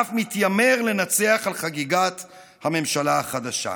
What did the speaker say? ואף מתיימר לנצח על חגיגת הממשלה החדשה.